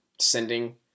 sending